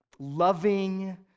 loving